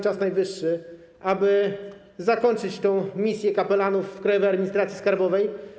Czas najwyższy zakończyć misję kapelanów w Krajowej Administracji Skarbowej.